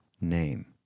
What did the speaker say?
name